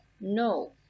no